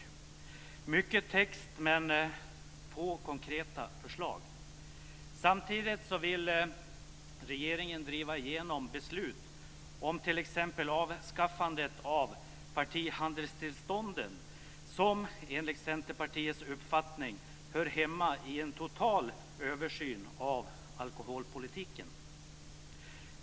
Det är mycket text, men få konkreta förslag. Samtidigt vill regeringen driva igenom beslut om t.ex. avskaffandet av partihandelstillstånden som, enligt Centerpartiets uppfattning, hör hemma i en total översyn av alkoholpolitiken.